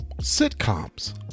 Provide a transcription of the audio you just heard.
sitcoms